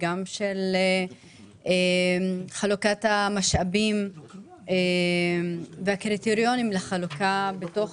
של חלוקת המשאבים והקריטריונים לחלוקה בתוך